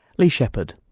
leigh sheppard.